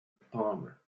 palmer